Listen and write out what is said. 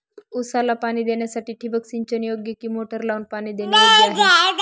ऊसाला पाणी देण्यासाठी ठिबक सिंचन योग्य कि मोटर लावून पाणी देणे योग्य आहे?